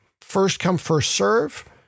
first-come-first-serve